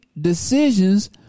decisions